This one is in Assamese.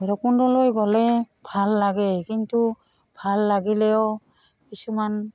ভৈৰৱকুণ্ডলৈ গ'লে ভাল লাগে কিন্তু ভাল লাগিলেও কিছুমান